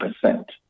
percent